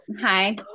hi